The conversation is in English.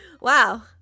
Wow